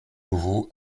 nouveau